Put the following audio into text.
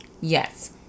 Yes